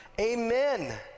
Amen